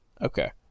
Okay